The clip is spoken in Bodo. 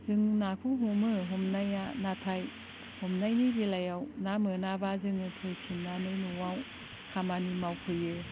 जों नाखौ हमो हमनाया नाथाय हमनायनि बेलायाव ना मोनाब्ला जोङो फैफिननानै न'आव खामानि मावफैयो